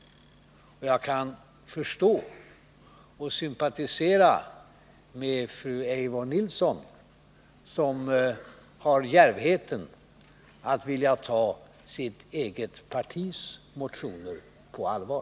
Jag kan förstå och sympatisera med fru Eivor Nilson, som har djärvheten att vilja ta sitt eget partis motioner på allvar.